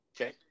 Okay